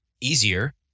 easier